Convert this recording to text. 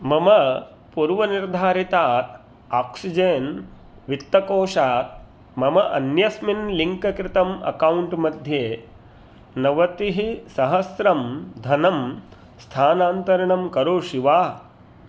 मम पूर्वनिर्धारितात् आक्सिजन् वित्तकोषात् मम अन्यस्मिन् लिङ्ककृतम् अक्कौण्ट्मध्ये नवतिः सहस्रं धनं स्थानान्तरणं करोषि वा